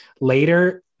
Later